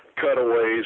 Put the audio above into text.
cutaways